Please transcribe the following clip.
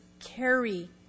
carry